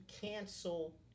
cancel